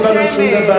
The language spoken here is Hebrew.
לא קיבלנו שום דבר.